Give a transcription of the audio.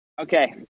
Okay